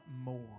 more